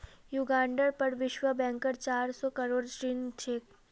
युगांडार पर विश्व बैंकेर चार सौ करोड़ ऋण छेक